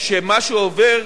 שמה שעובר